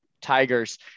Tigers